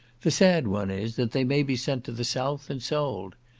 the sad one is, that they may be sent to the south and sold.